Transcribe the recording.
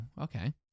okay